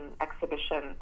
exhibition